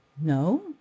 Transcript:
No